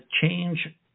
change